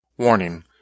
Warning